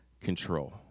control